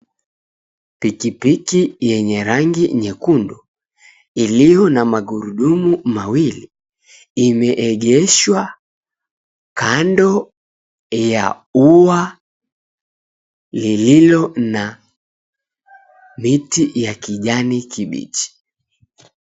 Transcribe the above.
Pikipiki yenye rangi nyekundu, iliyo na magurudumu mawili, imeegeshwa kando ya ua lililo na miti ya kijani kibichi.